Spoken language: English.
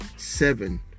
Seven